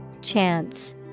Chance